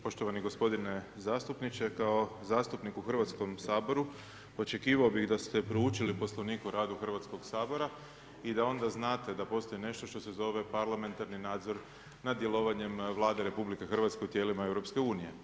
Poštovani gospodine zastupniče, kao zastupnik u Hrvatskom saboru očekivao bih da ste proučili Poslovnik o radu Hrvatskog sabora i da onda znate da postoji nešto što se zove parlamentarni nadzor nad djelovanjem Vlade RH u tijelima EU.